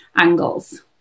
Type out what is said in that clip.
angles